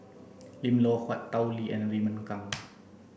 Lim Loh Huat Tao Li and Raymond Kang